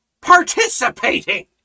participating